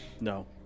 No